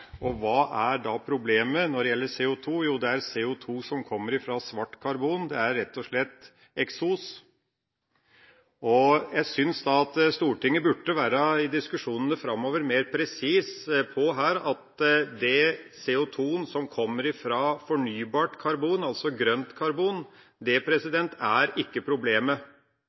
Og hva er da problemet når det gjelder CO2? Jo, det er CO2 som kommer fra svart karbon, det er rett og slett eksos. Jeg synes da at Stortinget i diskusjonene framover burde være mer presis på at den CO2-en som kommer fra fornybart karbon, altså grønt karbon, ikke er problemet. Det er tvert imot en del av løsninga å bruke fornybart grønt karbon. Problemet